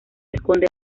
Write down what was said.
esconde